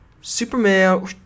Superman